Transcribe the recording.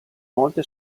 molte